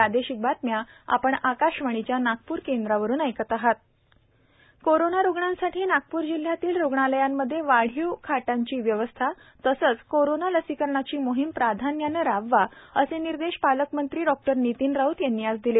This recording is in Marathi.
नितीन राऊत कोरोना रुग्णांसाठी नागपूर जिल्ह्यातील रुग्णालयांमध्ये वाढीव बेडची व्यवस्था तसेच कोरोना लसीकरणाची मोहिम प्राधान्याने राबवा असे निर्देश पालकमंत्री डॉ नितीन राऊत यांनी आज दिले